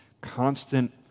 constant